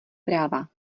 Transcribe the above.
práva